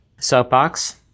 Soapbox